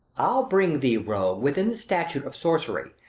i'll bring thee, rogue, within the statute of sorcery,